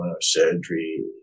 surgery